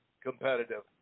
competitive